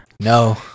No